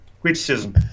criticism